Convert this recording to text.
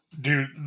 Dude